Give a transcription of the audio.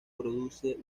produce